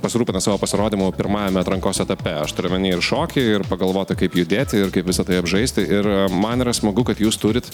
pasirūpina savo pasirodymu pirmajame atrankos etape aš turiu omeny ir šokį ir pagalvota kaip judėt ir kaip visa tai apžaisti ir man yra smagu kad jūs turit